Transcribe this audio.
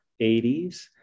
80s